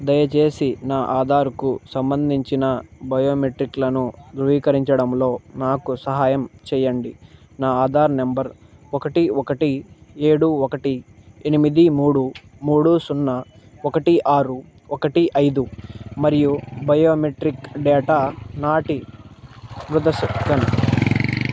దయచేసి నా ఆధార్కు సంబంధించిన బయోమెట్రిక్లను ధృవీకరించడంలో నాకు సహాయం చేయండి నా ఆధార్ నంబర్ ఒకటి ఒకటి ఏడు ఒకటి ఎనిమిది మూడు మూడు సున్న ఒకటి ఆరు ఒకటి ఐదు మరియు బయోమెట్రిక్ డేటా నాటి ముద్దసక్కన్